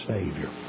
Savior